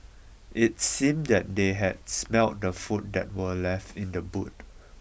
it seemed that they had smelt the food that were left in the boot